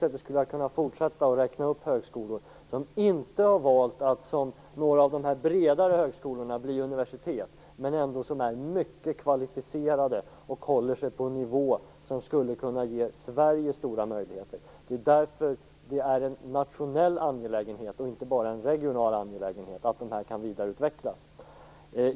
Jag skulle kunna fortsätta denna uppräkning av högskolor som inte har valt att, som några av de bredare högskolorna, bli universitet men som ändå är mycket kvalificerade och håller sig på en nivå som skulle kunna ge Sverige stora möjligheter. Det är därför som det är en nationell och inte bara en regional angelägenhet att dessa högskolor kan vidareutvecklas.